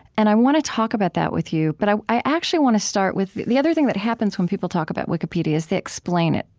and i want to talk about that with you, but i i actually want to start with the other thing that happens when people talk about wikipedia is they explain it,